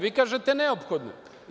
Vi kažete – neophodno je.